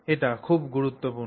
এটি খুব গুরুত্বপূর্ণ